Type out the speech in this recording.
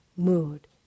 mood